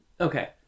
Okay